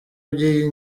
by’iyi